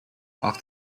off